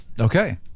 Okay